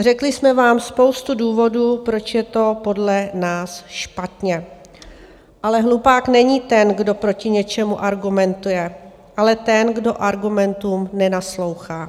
Řekli jsme vám spoustu důvodů, proč je to podle nás špatně, ale hlupák není ten, kdo proti něčemu argumentuje, ale ten, kdo argumentům nenaslouchá.